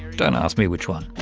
don't ask me which one.